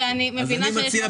שאני מבינה את השוק.